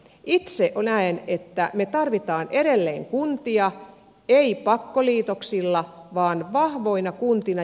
itse näen että me tarvitsemme edelleen kuntia ei pakkoliitoksilla vaan vahvoina kuntina